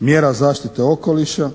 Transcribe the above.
mjera zaštite okoliša